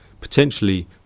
Potentially